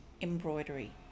embroidery